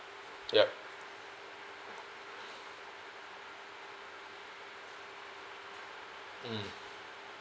yup mm